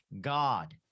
God